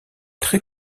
très